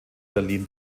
berlin